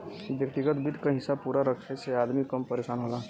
व्यग्तिगत वित्त क हिसाब पूरा रखे से अदमी कम परेसान होला